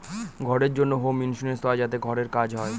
ঘরের জন্য home insurance হয় যাতে ঘরের কাজ হয়